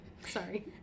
Sorry